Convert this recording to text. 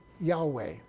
Yahweh